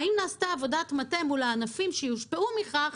האם נעשתה עבודת מטה מול הענפים שיושפעו מכך